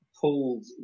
pulled